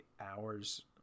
hours